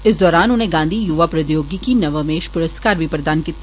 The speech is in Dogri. इस दौरान उनें गांधी युवा प्रौद्योगिकी नवोन्मेष पुरस्कार बी प्रदान कीते